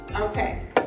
Okay